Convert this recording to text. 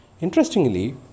Interestingly